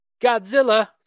Godzilla